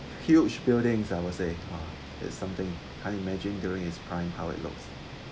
huge buildings I would say !wah! that's something unimagined during his prime how it looks